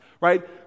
right